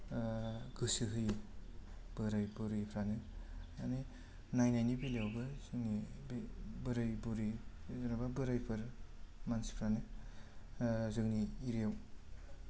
गोसो होयो बोराय बुरैफ्रानो माने नायनायनि बेलायावबो जोंनि बे बोराय बुरै जेनेबा बोरायफोर मानसिफ्रानो जोंनि एरिया याव